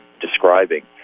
describing